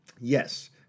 yes